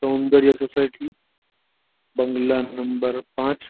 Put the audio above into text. સૌંદર્ય સોસાયટી બંગલા નંબર પાંચ